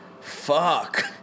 fuck